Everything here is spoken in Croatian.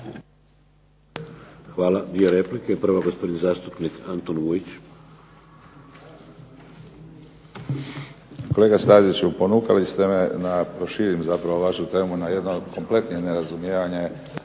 Hvala. Dvije replike. Prvo gospodin zastupnik Antun Vujić. **Vujić, Antun (SDP)** Kolega Staziću ponukali ste me da proširim zapravo vašu temu na jedno kompletnije nerazumijevanje